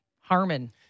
Harmon